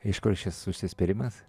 iš kur šis užsispyrimas